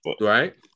right